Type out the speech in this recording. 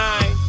nine